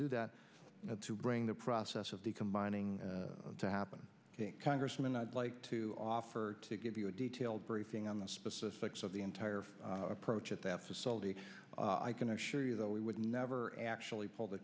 do that to bring the process of the combining to happen congressman i'd like to offer to give you a detailed briefing on the specifics of the entire approach at that facility i can assure you that we would never actually pull the